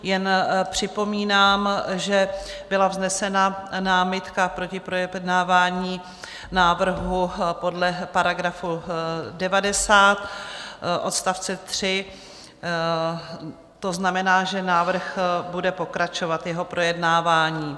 Jen připomínám, že byla vznesena námitka proti projednávání návrhu podle § 90 odst. 3, to znamená, že návrh bude pokračovat, jeho projednávání.